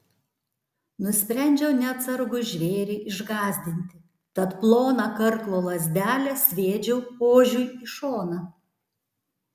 nusprendžiau neatsargų žvėrį išgąsdinti tad ploną karklo lazdelę sviedžiau ožiui į šoną